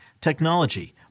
technology